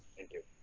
thank you.